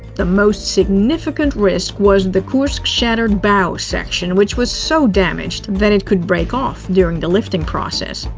the most significant risk was the kursk's shattered bow section, which was so damaged that it could break off during the lifting process.